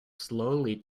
slowly